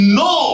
no